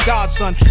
Godson